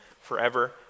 forever